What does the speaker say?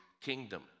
kingdom